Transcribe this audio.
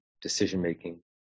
decision-making